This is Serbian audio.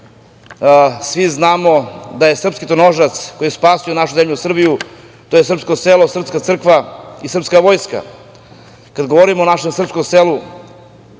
svi znamo da je srpski tronožac koji je spasio našu zemlju Srbiju, to je naše srpsko selo, to je srpska crkva i srpska vojska. Kad govorimo o našem srpskom selu,